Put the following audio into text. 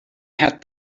had